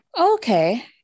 Okay